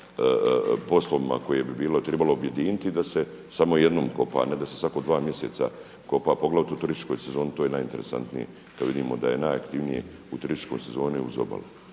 poslovima koje bi bilo tribalo objediniti da se samo jednom kopa, a ne da se svako dva mjeseca kopa poglavito u turističkoj sezoni to je najinteresantnije kada vidimo da je najaktivnije u turističkoj sezoni uz obalu.